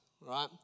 right